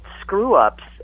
screw-ups